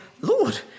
Lord